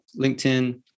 LinkedIn